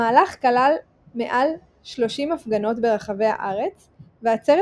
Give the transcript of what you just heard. המהלך כלל מעל 30 הפגנות ברחבי הארץ ועצרת